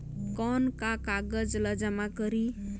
कौन का कागज ला जमा करी?